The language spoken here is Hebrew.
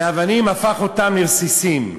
ומאבנים הפך אותם לרסיסים.